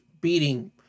beating